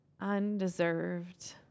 undeserved